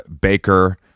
baker